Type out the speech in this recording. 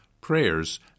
prayers